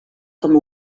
com